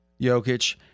Jokic